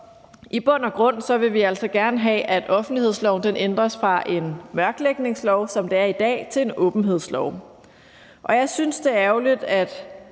I bund og grund vil vi altså gerne have, at offentlighedsloven ændres fra en mørklægningslov, som det er i dag, til en åbenhedslov. Og jeg synes, at det er ærgerligt, at